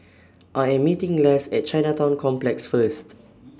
I Am meeting Less At Chinatown Complex First